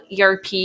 ERP